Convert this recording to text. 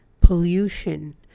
pollution